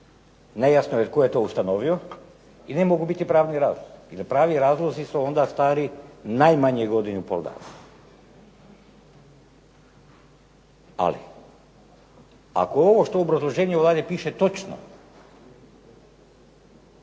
nejasno je tko je to ustanovio i ne mogu biti pravi razlozi jer pravi razlozi su onda stari najmanje godinu i pol dana. Ali ako je ovo što u obrazloženju Vlade piše točno,